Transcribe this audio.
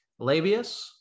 Labius